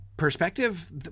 perspective